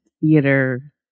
theater